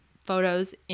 photos